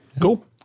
Cool